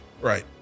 Right